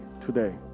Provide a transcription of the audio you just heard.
today